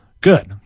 Good